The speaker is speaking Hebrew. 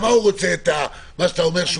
למה הוא רוצה את זה --- אדוני,